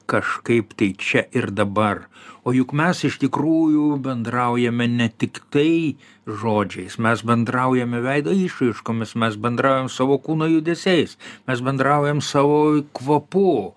kažkaip tai čia ir dabar o juk mes iš tikrųjų bendraujame ne tiktai žodžiais mes bendraujame veido išraiškomis mes bendraujam savo kūno judesiais mes bendraujam savo kvapu